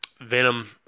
Venom